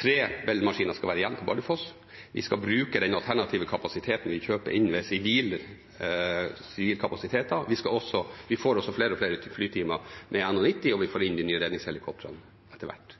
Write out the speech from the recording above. Tre Bell-maskiner skal være igjen på Bardufoss. Vi skal bruke den alternative kapasiteten vi kjøper inn ved sivile kapasiteter. Vi får også flere og flere flytimer med NH90, og vi får inn de nye redningshelikoptrene etter hvert.